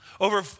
Over